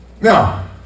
Now